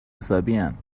حسابین